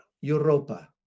Europa